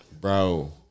bro